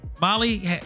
Molly